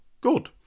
Good